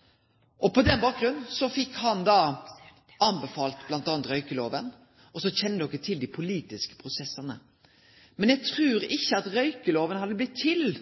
bakgrunn av den utsegna fekk han gjennom dei faglege etatane lagt fram kva som måtte til for å redusere røykinga blant dei unge med 50 pst. På denne bakgrunnen fekk han da anbefalt å innføre m.a. røykjelova, og så kjenner me til dei politiske prosessane. Men eg trur ikkje at røykjelova hadde blitt til